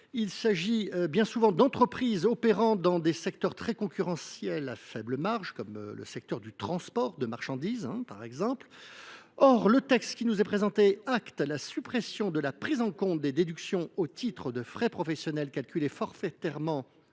Il s’agit bien souvent de sociétés qui œuvrent dans des secteurs très concurrentiels à faible marge, comme celui du transport de marchandises. Le texte qui nous est présenté acte la suppression de la prise en compte des déductions au titre de frais professionnels, calculées forfaitairement,